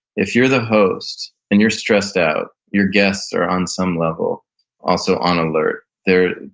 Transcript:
if you're the host and you're stressed out, your guests are on some level also on alert. they're,